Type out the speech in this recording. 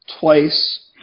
twice